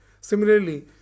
Similarly